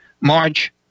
march